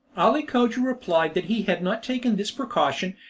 ali cogia replied that he had not taken this precaution,